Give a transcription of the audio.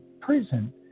prison